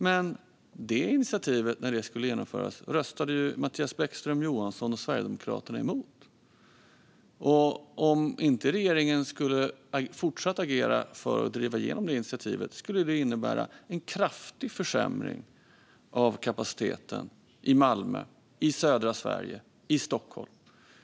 Men när det initiativet skulle genomföras röstade Mattias Bäckström Johansson och Sverigedemokraterna emot det. Om inte regeringen skulle fortsätta agera för att driva igenom detta initiativ skulle det innebära en kraftig försämring av kapaciteten i Malmö, i södra Sverige och i Stockholm.